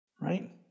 Right